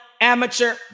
amateur